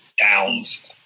downs